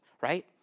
right